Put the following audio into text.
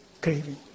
craving